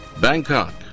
Bangkok